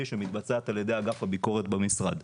שמתבצעת על ידי אגף הביקורת במשרד.